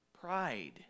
pride